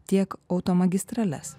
tiek automagistrales